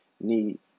need